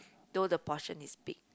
though the portion is big